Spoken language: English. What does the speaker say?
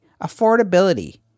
affordability